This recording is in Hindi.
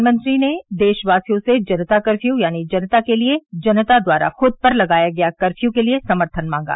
प्रधानमंत्री ने देशवासियों से जनता कर्फ्यू यानि जनता के लिए जनता द्वारा खुद पर लगाया गया कर्फ्यू के लिए समर्थन मांगा